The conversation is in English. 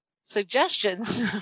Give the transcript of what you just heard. suggestions